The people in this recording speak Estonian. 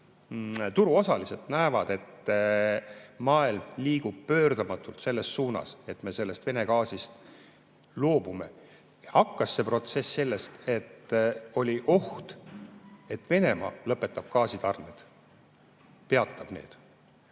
turuosalised näevad, et maailm liigub pöördumatult selles suunas, et me Vene gaasist loobume. Hakkas see protsess sellest, et oli oht, et Venemaa lõpetab gaasitarned, peatab need.